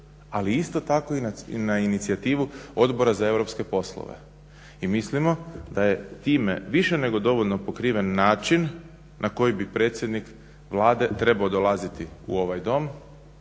ali isto tako i na inicijativu Odbora za europske poslove. I mislimo da je time više nego dovoljno pokriven način na koji bi predsjednik Vlade trebao dolaziti u ovaj Dom